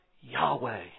Yahweh